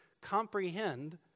comprehend